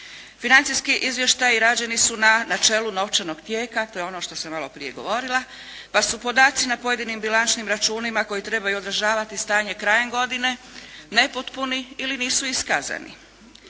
Financijski izvještaji rađeni su na načelu novčanog tijeka. To je ono što sam maloprije govorila, pa su podaci na pojedinim bilančnim računima koji trebaju odražavati stanje krajem godine nepotpuni ili nisu iskazani.